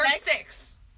six